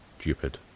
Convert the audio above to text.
stupid